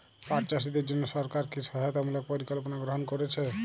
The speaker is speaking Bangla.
পাট চাষীদের জন্য সরকার কি কি সহায়তামূলক পরিকল্পনা গ্রহণ করেছে?